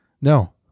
No